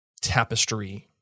tapestry